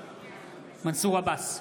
מנסור עבאס,